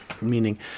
meaning